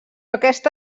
aquesta